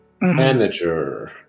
Manager